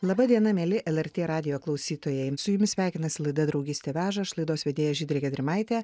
laba diena mieli lrt radijo klausytojai su jumis sveikinasi laida draugystė veža aš laidos vedėja žydrė gedrimaitė